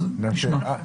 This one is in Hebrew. אז נשמע.